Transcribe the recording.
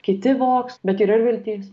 kiti vogs bet yra ir vilties